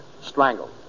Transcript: Strangled